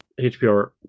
HPR